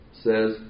says